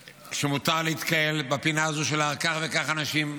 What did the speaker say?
שמותר להתקהל בפינה הזאת של ההר כך וכך אנשים,